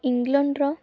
ଇଂଲଣ୍ଡର